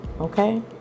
okay